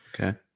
Okay